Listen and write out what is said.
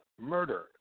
murder